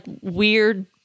weird